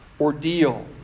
ordeal